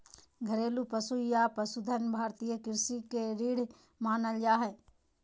घरेलू पशु या पशुधन भारतीय कृषि के रीढ़ मानल जा हय